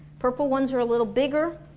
purple ones are a little bigger